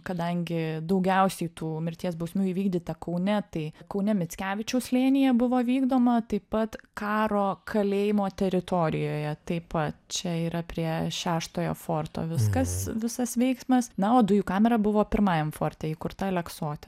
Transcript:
kadangi daugiausiai tų mirties bausmių įvykdyta kaune tai kaune mickevičiaus slėnyje buvo vykdoma taip pat karo kalėjimo teritorijoje taip pat čia yra prie šeštojo forto viskas visas veiksmas na o dujų kamera buvo pirmajam forte įkurta aleksote